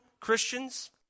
Christians